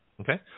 okay